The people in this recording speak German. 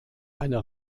eine